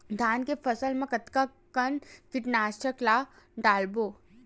धान के फसल मा कतका कन कीटनाशक ला डलबो?